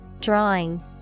Drawing